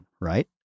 right